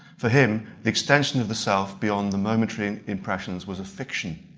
for him the extension of the self beyond the momentary impressions was a fiction.